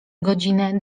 godzinę